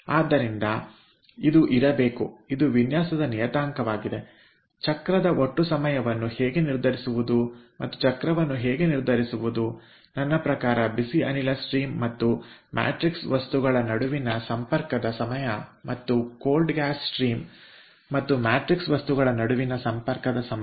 ಆದ್ದರಿಂದಇದು ಇರಬೇಕು ಇದು ವಿನ್ಯಾಸದ ನಿಯತಾಂಕವಾಗಿದೆ ಚಕ್ರದ ಒಟ್ಟು ಸಮಯವನ್ನು ಹೇಗೆ ನಿರ್ಧರಿಸುವುದು ಮತ್ತು ಚಕ್ರವನ್ನು ಹೇಗೆ ನಿರ್ಧರಿಸುವುದು ಎಂದರೆ ಅಂದರೆ ಬಿಸಿ ಅನಿಲದ ಹರಿವು ಮತ್ತು ಮ್ಯಾಟ್ರಿಕ್ಸ್ ವಸ್ತುಗಳ ನಡುವಿನ ಸಂಪರ್ಕದ ಸಮಯ ಮತ್ತು ತಣ್ಣಗಿನ ಅನಿಲದ ಹರಿವು ಮತ್ತು ಮ್ಯಾಟ್ರಿಕ್ಸ್ ವಸ್ತುಗಳ ನಡುವಿನ ಸಂಪರ್ಕದ ಸಮಯ